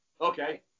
okay